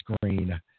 screen